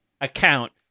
account